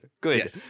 good